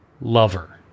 lover